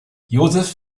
josef